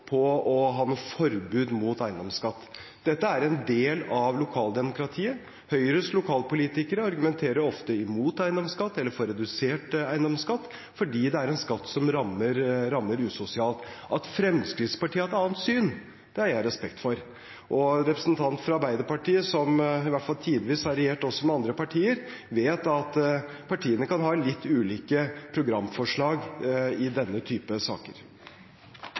på å ha noe forbud mot eiendomsskatt. Dette er en del av lokaldemokratiet. Høyres lokalpolitikere argumenterer ofte imot eiendomsskatt, eller for redusert eiendomsskatt, fordi det er en skatt som rammer usosialt. At Fremskrittspartiet har et annet syn, har jeg respekt for. En representant fra Arbeiderpartiet, som i hvert fall tidvis har regjert også med andre partier, vet at partiene kan ha litt ulike programforslag i denne type saker.